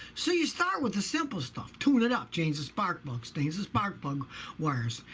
so you start with the simple stuff tune it up, change the spark plugs, change the spark plug wires,